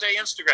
Instagram